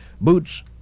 Boots